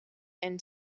and